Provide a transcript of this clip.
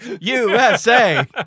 USA